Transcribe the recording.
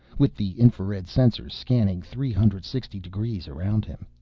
with the infrared sensors scanning three hundreds sixty-degrees around him.